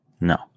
No